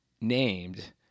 named